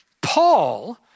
Paul